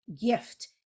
gift